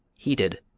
heated,